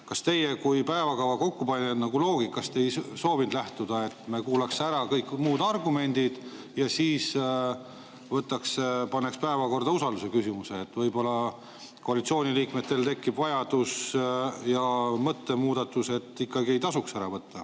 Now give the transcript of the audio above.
Kas teie kui päevakava kokkupanijad nagu loogikast ei soovinud lähtuda, et me kuulaksime ära kõik need muud argumendid ja siis paneks päevakorda usaldusküsimuse? Võib-olla koalitsiooniliikmetel tekib vajadus ja mõttemuudatus, et ikkagi ei tasuks [raha]